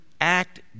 act